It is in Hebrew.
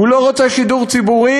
הוא לא רוצה שידור ציבורי.